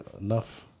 enough